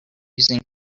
using